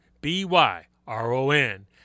B-Y-R-O-N